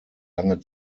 lange